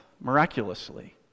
miraculously